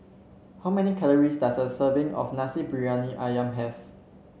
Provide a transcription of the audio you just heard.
how many calories does a serving of Nasi Briyani ayam have